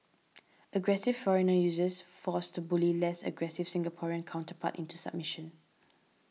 aggressive foreigner uses force to bully less aggressive Singaporean counterpart into submission